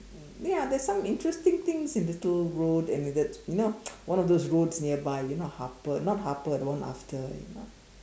mm ya there's some interesting things in Little Road and it's that you know one of those roads nearby you know Harper no not Harper you know the one after you know